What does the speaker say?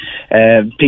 People